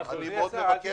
אני מבקש